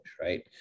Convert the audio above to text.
right